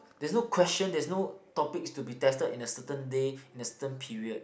there is no question there is no topics to be tested in the certain day in the certain period